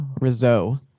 Rizzo